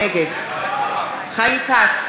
נגד חיים כץ,